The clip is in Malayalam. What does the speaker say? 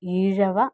ഈഴവ